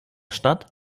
stadt